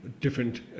Different